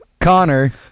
Connor